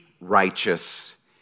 righteous